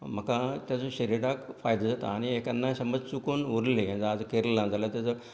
म्हाका तेचो शरिराक फायदो जाता आनी हे केन्नाय समज चुकोन उरलें आज केल्ला जाल्यार तेचो